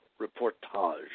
reportage